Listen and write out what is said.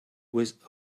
with